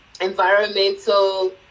environmental